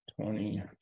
twenty